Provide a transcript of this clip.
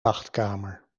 wachtkamer